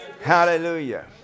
Hallelujah